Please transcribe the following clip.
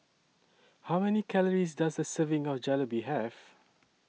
How Many Calories Does A Serving of Jalebi Have